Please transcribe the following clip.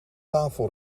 tafel